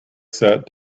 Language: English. sat